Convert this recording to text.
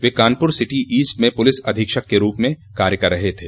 वे Kanpur city east में police अधीक्षक के रूप में काम कर रह थे